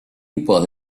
people